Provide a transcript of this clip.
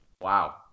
Wow